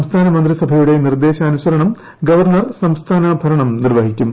സംസ്ഥാന മന്ത്രിസഭയുടെ നിർദ്ദേശാനുസരണം ഗവർണർ സംസ്ഥാന ഭരണം നിർവ്വഹിക്കും